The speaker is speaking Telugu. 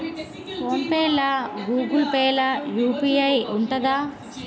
ఫోన్ పే లా గూగుల్ పే లా యూ.పీ.ఐ ఉంటదా?